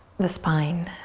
the spine.